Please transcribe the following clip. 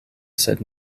sed